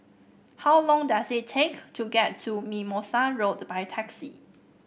how long does it take to get to Mimosa Road by taxi